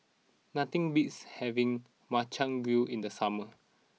nothing beats having Makchang Gui in the summer